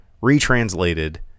retranslated